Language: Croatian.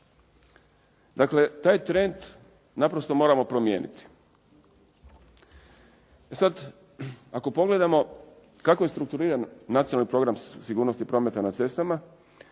Dakle, taj trend naprosto moramo promijeniti. E sada ako pogledamo kako je strukturiran Nacionalni program o sigurnosti prometa na cestama,